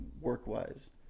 work-wise